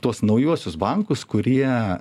tuos naujuosius bankus kurie